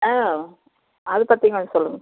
ஆ அதைப் பற்றி கொஞ்சம் சொல்லுங்க